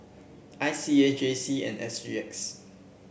I C A J C and S G X